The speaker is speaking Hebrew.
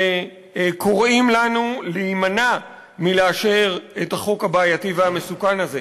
שהם קוראים לנו להימנע מלאשר את החוק הבעייתי והמסוכן הזה.